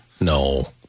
No